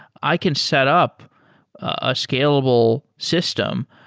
i can set up a scalable system.